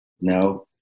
no